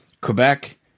Quebec